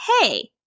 hey